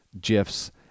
GIFs